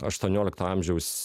aštuoniolikto amžiaus